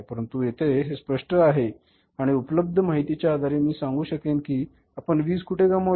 परंतु येथे हे स्पष्ट आहे आणि उपलब्ध माहिती च्या आधारे मी सांगू शकेन कि आपण वीज कुठे गमावली